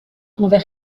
envers